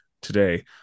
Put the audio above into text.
today